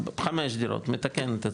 חמש דירות, מתקן את עצמי,